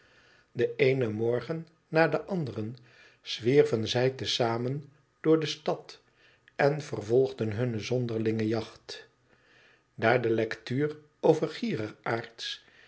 den eenen morgen na den anderen zwierven zij te zamen door de stad en vervolgden hunne zonderlinge jacht daar de lectuur over